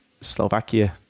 Slovakia